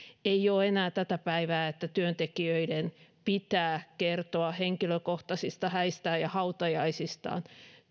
ei ole enää tätä päivää että työntekijöiden pitää kertoa henkilökohtaisista häistään ja hautajaisistaan